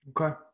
Okay